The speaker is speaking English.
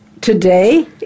Today